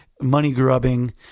money-grubbing